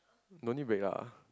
no need break ah